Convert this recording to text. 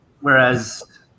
whereas